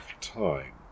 time